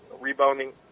Rebounding